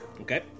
Okay